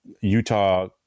utah